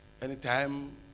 anytime